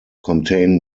contain